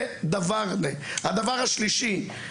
הדבר השלישי,